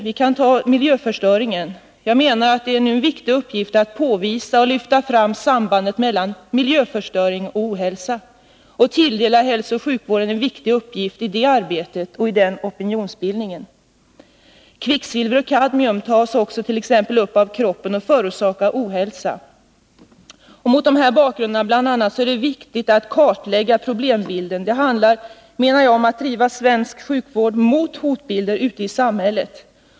När det gäller miljöförstöringen är det en viktig uppgift att påvisa och lyfta fram sambandet mellan miljöförstöring och ohälsa samt vidare att tilldela hälsooch sjukvården en väsentlig funktion i det arbetet och i den opinionsbildningen. Jag kan också nämna problemen med kvicksilver och kadmium, som tas upp av kroppen och förorsakar ohälsa. Mot bl.a. den här bakgrunden är det viktigt att kartlägga problembilden. Det handlar om; menar jag, att driva svensk sjukvård mot de hotbilder som finns ute i samhället.